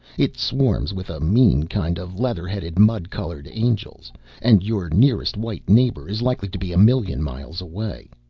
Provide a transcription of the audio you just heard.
it swarms with a mean kind of leather-headed mud-colored angels and your nearest white neighbor is likely to be a million miles away.